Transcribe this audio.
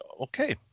okay